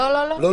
לא, לא.